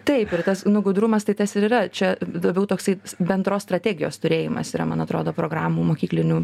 taip ir tas nu gudrumas tai tas ir yra čia labiau toksai bendros strategijos turėjimas yra man atrodo programų mokyklinių